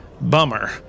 Bummer